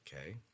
okay